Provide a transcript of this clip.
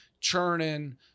churning